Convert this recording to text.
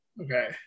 Okay